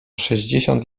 sześćdziesiąt